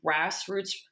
grassroots